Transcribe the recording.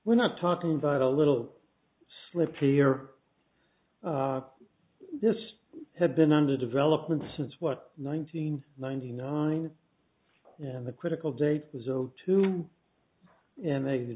we're not talking about a little sleepy or this had been under development since what nineteen ninety nine and the critical date was zero two and they